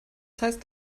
heißt